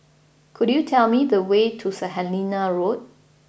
could you tell me the way to San Helena Road